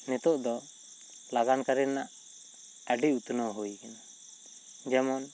ᱱᱤᱛᱚᱜ ᱫᱚ ᱞᱟᱱᱟᱱ ᱠᱟᱹᱨᱤ ᱨᱮᱱᱟᱜ ᱟᱹᱰᱤ ᱩᱛᱱᱟᱹᱣ ᱦᱩᱭ ᱟᱠᱟᱱᱟ ᱡᱮᱢᱚᱱ